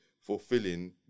fulfilling